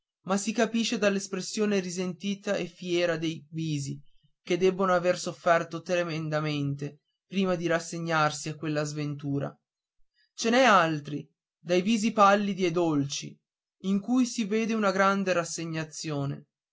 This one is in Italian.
ma si capisce dall'espressione risentita e fiera dei visi che debbono aver sofferto tremendamente prima di rassegnarsi a quella sventura ce n'è altri dei visi pallidi e dolci in cui si vede una grande rassegnazione